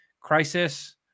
Crisis